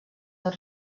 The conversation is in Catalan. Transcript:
del